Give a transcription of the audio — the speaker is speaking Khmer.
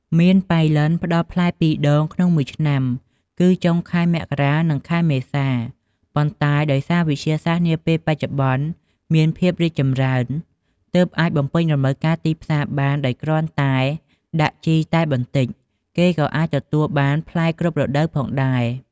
មៀនប៉ៃលិនផ្ដល់ផ្លែ ២ដងក្នុងមួយឆ្នាំ គឺចុងខែមករា និង ខែមេសា ប៉ុន្ដែដោយសារវិទ្យាសាស្ដ្រនាពេលបច្ចុប្បន្នមានភាពរីកចម្រើនទើបអាចបំពេញតម្រូវការទីផ្សារបានដោយគ្រាន់តែដាក់ជីតែបន្តិច គេក៏អាចទទួលបានផ្លែគ្រប់រដូវផងដែរ។